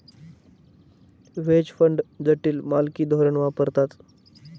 veg fund जटिल मालकी धोरण वापरतात